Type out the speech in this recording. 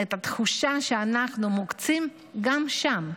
התחושה היא שאנחנו מוקצים גם שם,